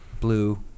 blue